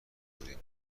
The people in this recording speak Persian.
بودیم